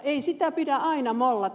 ei sitä pidä aina mollata